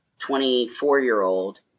24-year-old